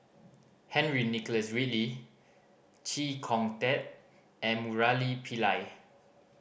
Henry Nicholas Ridley Chee Kong Tet and Murali Pillai